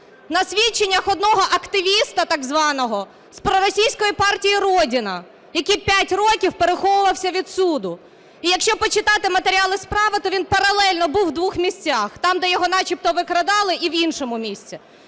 На свідченнях одного активіста так званого з проросійської партії "Родина", який 5 років переховувався від суду. І якщо почитати матеріали справи, то він паралельно був в двох місцях: там, де його начебто викрадали, і в іншому місці.